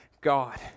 God